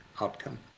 outcome